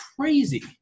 crazy